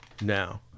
now